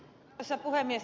arvoisa puhemies